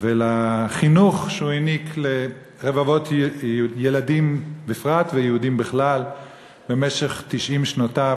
ולחינוך שהוא העניק לרבבות ילדים בפרט וליהודים בכלל במשך 90 שנותיו,